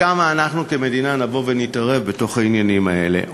עד כמה אנחנו כמדינה נבוא ונתערב בעניינים האלה.